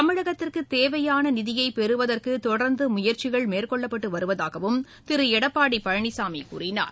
தமிழகத்திற்கு தேவையான நிதியை பெறுவதற்கு தொடர்ந்து முயற்சிகள் மேற்கொள்ளப்பட்டு வருவதாகவும் திரு எடப்பாடி பழனிசாமி கூறினார்